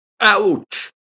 Ouch